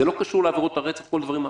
זה לא קשור לעבירות הרצח או לדברים אחרים.